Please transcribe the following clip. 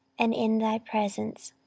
and in thy presence,